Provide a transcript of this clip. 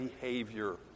behavior